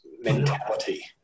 mentality